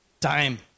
time